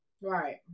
Right